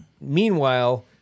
Meanwhile